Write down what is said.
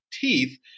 teeth